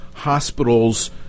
hospitals